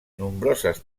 nombroses